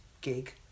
gig